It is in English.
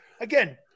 again